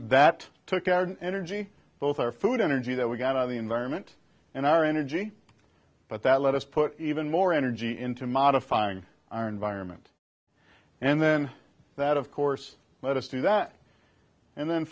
that took our energy both our food energy that we got on the environment and our energy but that let us put even more energy into modifying our environment and then that of course led us to that and then